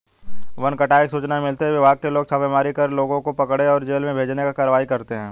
one कटाई की सूचना मिलते ही विभाग के लोग छापेमारी कर लोगों को पकड़े और जेल भेजने की कारवाई करते है